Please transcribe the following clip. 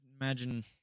imagine